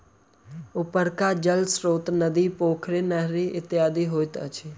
उपरका जलक स्रोत नदी, पोखरि, नहरि इत्यादि होइत अछि